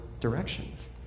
directions